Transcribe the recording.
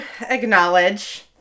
acknowledge